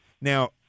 Now